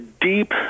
deep